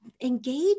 engage